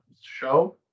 show